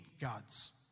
God's